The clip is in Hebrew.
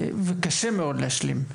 וקשה לה מאוד להשלים,